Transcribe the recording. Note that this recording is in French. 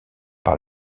par